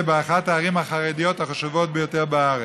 באחת הערים החרדיות החשובות ביותר בארץ.